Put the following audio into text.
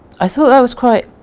i thought that was quite